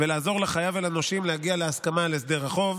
ולעזור לחייב ולנושים להגיע להסכמה על הסדר חוב.